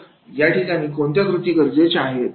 तर यासाठी कोणत्या कृती गरजेचे आहेत